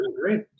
great